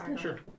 Sure